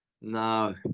no